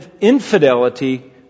infidelity